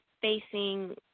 facing